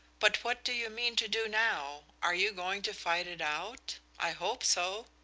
but what do you mean to do now? are you going to fight it out? i hope so!